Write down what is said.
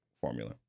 formula